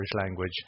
language